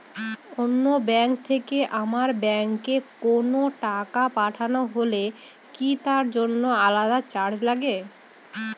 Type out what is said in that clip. অন্য ব্যাংক থেকে আমার ব্যাংকে কোনো টাকা পাঠানো হলে কি তার জন্য আলাদা চার্জ লাগে?